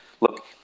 look